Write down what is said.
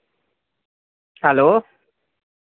hello